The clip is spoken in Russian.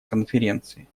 конференции